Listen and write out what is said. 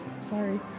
Sorry